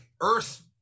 earth